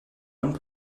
one